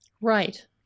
right